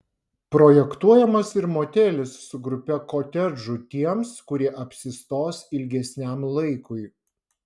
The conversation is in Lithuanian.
projektuojamas ir motelis su grupe kotedžų tiems kurie apsistos ilgesniam laikui